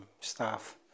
staff